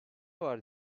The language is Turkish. var